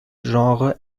genre